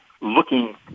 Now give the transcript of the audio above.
looking